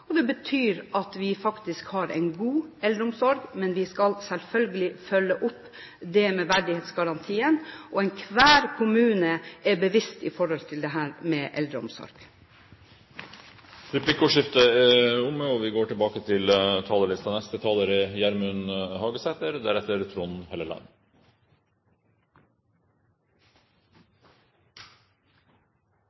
og det betyr at vi faktisk har en god eldreomsorg. Men vi skal selvfølgelig følge opp verdighetsgarantien, og enhver kommune er seg bevisst eldreomsorgen. Replikkordskiftet er omme. Framstegspartiet har eit anna kommunalpolitisk utgangspunkt enn regjeringa og dei raud-grøne partia. Kjernen i vår kommunepolitikk er setje mennesket i sentrum. Kommunen er til